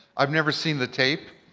i've never seen the tape.